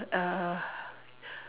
uh